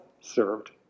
Served